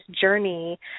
journey